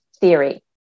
theory